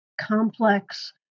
complex